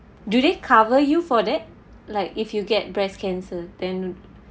do they cover you for that like if you get breast cancer then